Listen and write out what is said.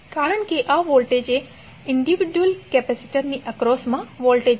કારણ કે આ વોલ્ટેજ એ વ્યક્તિગત કેપેસિટરની એક્રોસમા વોલ્ટેજ છે